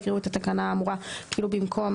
יקראו את התקנה האמורה כאילו במקום